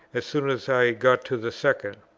as soon as i got to the second?